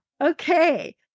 okay